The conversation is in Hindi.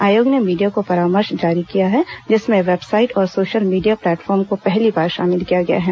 आयोग ने मीडिया को परामर्श जारी किया है जिसमें वेबसाइट और सोशल मीडिया प्लेटफार्म को पहली बार शामिल किया गया है